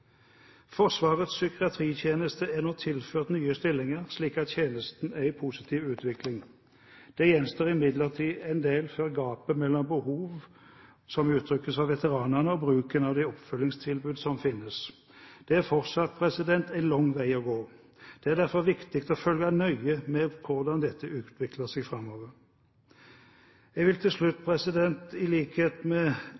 Forsvarets psykiatritjeneste er nå tilført nye stillinger, slik at tjenesten er i positiv utvikling. Det gjenstår imidlertid et gap mellom behov som uttrykkes av veteranene, og bruken av det oppfølgingstilbudet som finnes. Det er fortsatt en lang vei å gå. Det er derfor viktig å følge nøye med på hvordan dette utvikler seg framover. Jeg vil slutt,